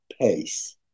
pace